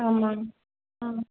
ஆமாம்ங்க ஆ